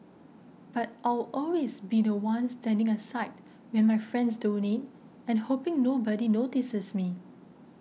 but I'll always be the one standing aside when my friends donate and hoping nobody notices me